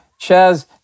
Chaz